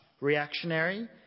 reactionary